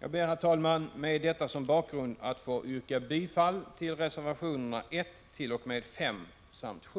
Herr talman! Jag ber med detta som bakgrund att få yrka bifall till reservationerna 1—5 samt 7.